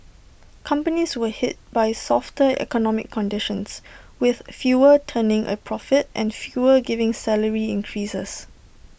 companies were hit by softer economic conditions with fewer turning A profit and fewer giving salary increases